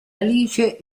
alice